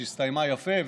שהסתיימה יפה,